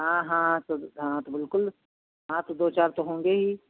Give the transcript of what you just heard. हाँ हाँ तो बिल्कुल हाँ तो दो चार तो होंगे ही